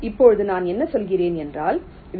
இப்போது நான் என்ன சொல்கிறேன் என்றால் வி